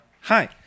Hi